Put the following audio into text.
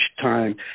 time